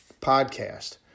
podcast